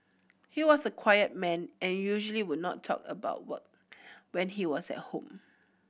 he was a quiet man and usually would not talk about work when he was at home